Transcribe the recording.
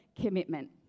commitment